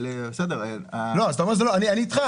אפשר